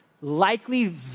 likely